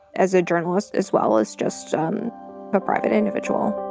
as a journalist as well as just um but private individual.